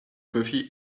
coffee